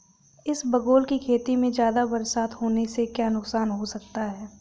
इसबगोल की खेती में ज़्यादा बरसात होने से क्या नुकसान हो सकता है?